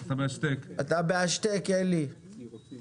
אני רוצה